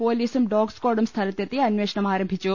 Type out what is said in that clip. പൊലീസും ഡോഗ് സ്കാഡും സ്ഥല ത്തെത്തി അന്വേഷണം ആരംഭിച്ചു